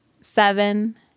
seven